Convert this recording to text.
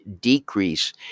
decrease